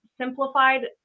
simplified